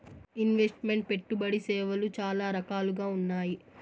invest meant పెట్టుబడి సేవలు చాలా రకాలుగా ఉన్నాయి